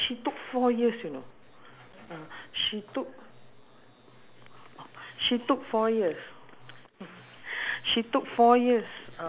okay okay la~ she actually she's actually a convert okay she's a convert so um K she's a convert so